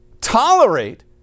tolerate